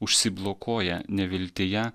užsiblokuoja neviltyje